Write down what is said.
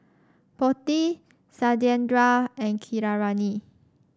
Potti Satyendra and Keeravani